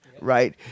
right